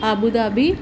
Abu Dhabi